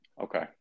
Okay